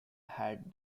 had